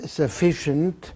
sufficient